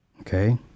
Okay